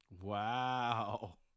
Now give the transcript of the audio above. Wow